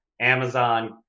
Amazon